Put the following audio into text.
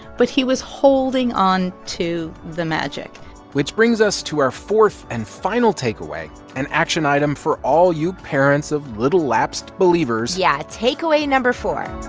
but he was holding on to the magic which brings us to our fourth and final takeaway, an action item for all you parents of little lapsed believers yeah, takeaway number four